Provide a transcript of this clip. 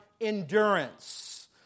endurance